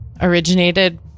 originated